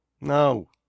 no